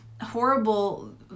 horrible